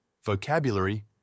Vocabulary